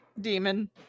demon